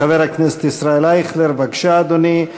חבר הכנסת ישראל אייכלר, בבקשה, אדוני.